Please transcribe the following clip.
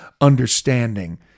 understanding